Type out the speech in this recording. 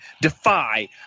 Defy